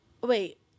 wait